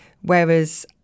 Whereas